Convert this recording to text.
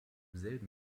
selben